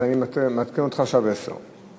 אז אני מעדכן אותך עכשיו: עשר.